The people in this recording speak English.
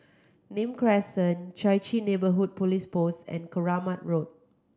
Nim Crescent Chai Chee Neighbourhood Police Post and Keramat Road